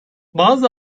bazı